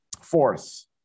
Fourth